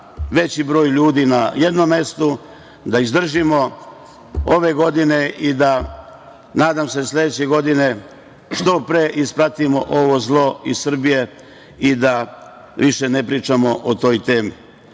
veći broj ljudi na jednom mestu, ali da izdržimo ove godine i da sledeće godine što pre ispratimo ovo zlo iz Srbije i da više ne pričamo o toj temi. Ono